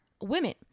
women